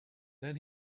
then